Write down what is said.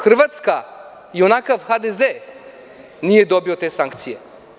Hrvatska i onakav HDZ nije dobio te sankcije.